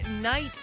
night